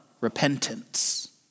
repentance